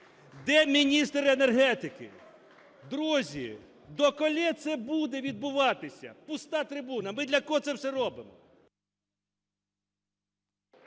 Де міністр енергетики? Друзі, доколи це буде відбуватися? Пуста трибуна! Ми для кого все це робимо?